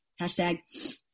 hashtag